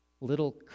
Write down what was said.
little